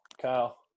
Kyle